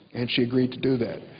and she agreed to do that.